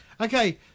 Okay